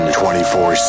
24